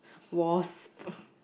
wasp